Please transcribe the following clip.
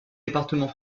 département